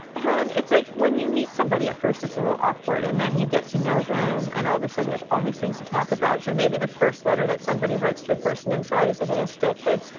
helen? it's like when you meet somebody at first it's a little awkward and then you get to know them and all of a sudden you have all these things to talk about. so maybe the first letter that somebody writes to a person inside is a little stilted.